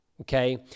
Okay